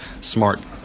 smart